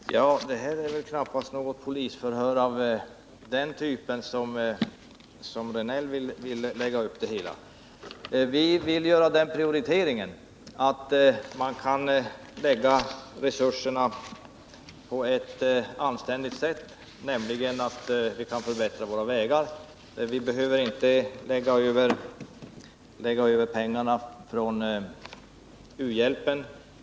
Herr talman! Det här är väl knappast något polisförhör av den typ som Eric Rejdnell vill lägga upp. Vi vill göra sådana prioriteringar att resurserna används på ett anständigt sätt, nämligen så att vi kan förbättra våra vägar. Vi behöver inte lägga över pengar från u-hjälpen.